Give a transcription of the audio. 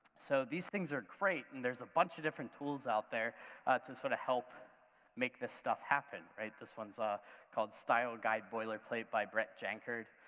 so these things are great and there's a bunch of different tools out there to sort of help make this stuff happen, right? this one is ah called style guide boilerplate by brett jenkard.